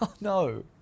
No